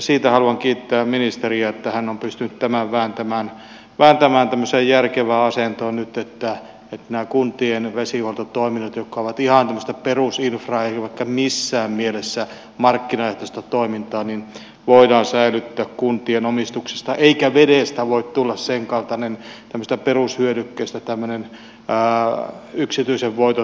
siitä haluan kiittää ministeriä että hän on pystynyt tämän vääntämään tämmöiseen järkevään asentoon nyt että nämä kuntien vesihuoltotoiminnot jotka ovat ihan tämmöistä perusinfraa eivätkä missään mielessä markkinaehtoista toimintaan voidaan säilyttää kuntien omistuksessa eikä vedestä voi tulla tämmöisestä perushyödykkeestä tämmöinen yksityisen voiton tavoittelun väline